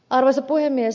arvoisa puhemies